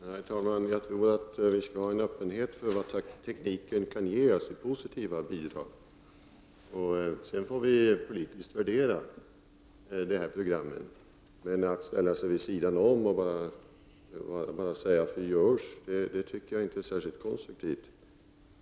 Herr talman! Jag tror att vi skall ha en öppenhet för vad tekniken kan ge oss i positiva bidrag. Sedan får vi politiskt värdera programmet. Att bara ställa sig vid sidan om och bara säga att det görs, tycker jag inte är särskilt konstruktivt.